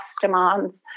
demands